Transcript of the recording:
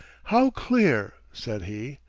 how clear, said he,